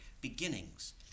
Beginnings